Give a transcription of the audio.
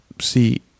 see